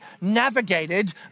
navigated